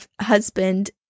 husband